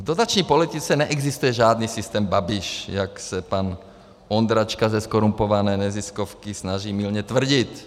V dotační politice neexistuje žádný systém Babiš, jak se pan Ondráčka ze zkorumpované neziskovky snaží mylně tvrdit.